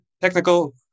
technical